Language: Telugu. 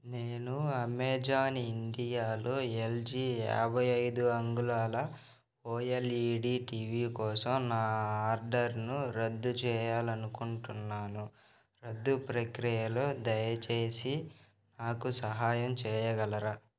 నేను అమెజాన్ ఇండియాలో ఎల్జీ యాభై ఐదు అంగుళాల ఓఎల్ఈడీ టీవీ కోసం నా ఆర్డర్ను రద్దు చెయ్యాలనుకుంటున్నాను రద్దు ప్రక్రియలో దయచేసి నాకు సహాయం చెయ్యగలరా